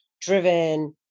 driven